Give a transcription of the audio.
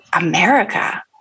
America